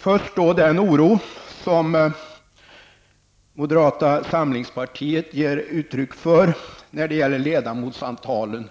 Först till den oro som moderata samlingspartiet ger uttryck för när det gäller antalet ledamöter